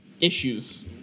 issues